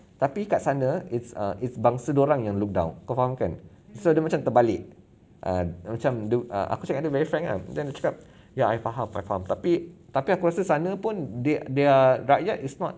tapi kat sana it's err it's bangsa dia orang yang look down kau faham kan so dia macam terbalik err macam dia err aku cakap dengan very frank ah then dia cakap ya I faham I faham tapi tapi aku rasa sana pun dia dia rakyat is not